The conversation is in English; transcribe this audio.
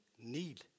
need